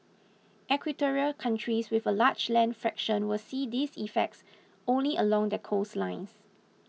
equatorial countries with a large land fraction will see these effects only along their coastlines